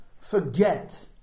forget